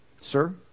sir